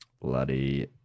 Bloody